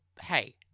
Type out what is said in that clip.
hey